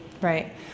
Right